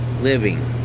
Living